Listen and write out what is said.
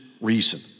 reason